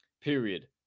Period